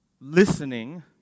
listening